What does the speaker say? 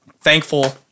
thankful